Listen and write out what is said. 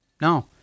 no